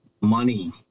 Money